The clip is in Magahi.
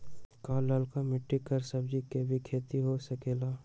का लालका मिट्टी कर सब्जी के भी खेती हो सकेला?